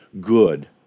good